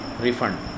refund